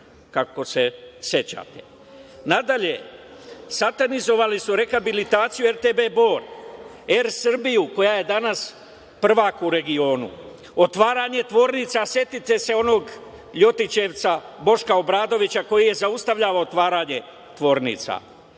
kako se sećate. Nadalje, satanizovali su rehabilitaciju RTB BOR, "Er Srbiju", koja je danas prvak u regionu, otvaranje tvornica, setite se onog ljotićevca, Boška Obradovića koji je zaustavljao otvaranje tvornica,